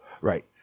Right